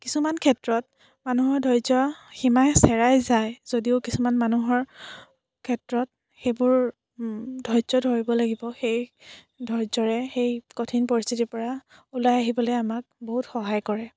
কিছুমান ক্ষেত্ৰত মানুহৰ ধৈৰ্য্যৰ সীমা চেৰাই যায় যদিও কিছুমান মানুহৰ ক্ষেত্ৰত সেইবোৰ ধৈৰ্য্য ধৰিব লাগিব সেই ধৈৰ্য্যৰে সেই কঠিন পৰিস্থিতিৰ পৰা ওলাই আহিবলৈ আমাক বহুত সহায় কৰে